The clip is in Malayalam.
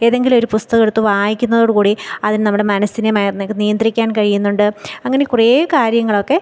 ഏതെങ്കിലും ഒരു പുസ്തകം എടുത്ത് വായിക്കുന്നതോട് കൂടി അതിന് നമ്മുടെ മനസ്സിനെ നിയന്ത്രിക്കാൻ കഴിയുന്നുണ്ട് അങ്ങനെ കുറേ കാര്യങ്ങളൊക്കെ